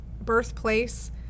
birthplace